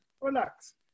Relax